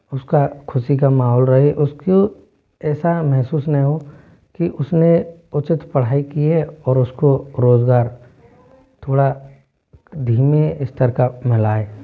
उस का ख़ुसी का महोल रहे उस को ऐसा महसूस नहीं हो कि उस ने उचित पढ़ाई की है और उस को रोज़गार थोड़ा धीमे स्तर का मिला है